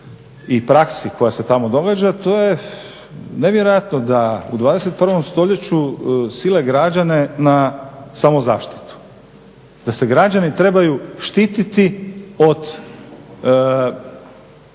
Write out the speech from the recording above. i praksi koja se tamo događa, to je nevjerojatno da u 21.stoljeću sile građane na samozaštitu, da se građani trebaju štititi od